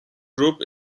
group